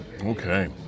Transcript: Okay